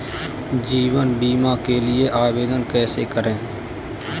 जीवन बीमा के लिए आवेदन कैसे करें?